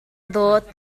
dawt